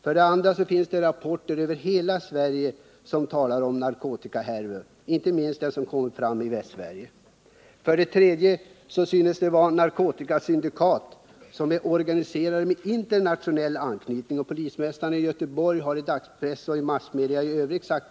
För det andra talar man i rapporter från hela Sverige om narkotikahärvor — jag tänker då inte minst på det som nu kommit fram i Västsverige. För det tredje verkar det som om det här är fråga om narkotikasyndikat som är organiserade med internationell anknytning, vilket polismästaren i Göteborg har redovisat såväl i dagspress som i massmedia i övrigt.